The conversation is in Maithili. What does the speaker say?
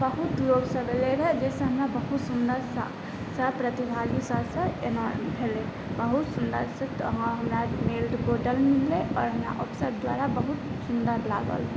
बहुत लोकसब अएलै रहै जाहिसँ हमरा बहुत सुन्दरसँ सब प्रतिभागीसबसँ एना भेलै बहुत सुन्दरसँ तऽ हमरा मेल्ड गोल्ड मेडल मिललै आओर हमरा अफसर द्वारा हमरा बहुत सुन्दर लागल